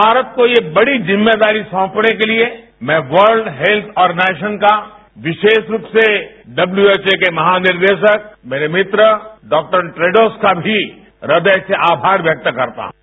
भारत को ये बड़ी जिम्मेदरी सौंपने के लिए मैं वर्ल्ड हेल्थ ऑर्गनाइजेशन का विशेष रूप से डब्ल्यू एच ओ के महा निर्देशक मेरे मित्र डॉ ट्रेडोस का भी हृदय से आभार व्यक्त करता हूं